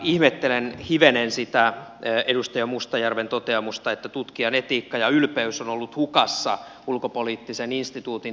ihmettelen hivenen sitä edustaja mustajärven toteamusta että tutkijan etiikka ja ylpeys on ollut hukassa ulkopoliittisen instituutin tutkimuksissa